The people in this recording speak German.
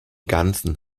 ganzen